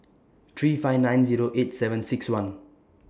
three five nine Zero eight seven six one